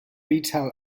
retail